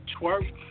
Twerk